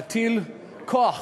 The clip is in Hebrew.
להטיל כוח